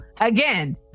again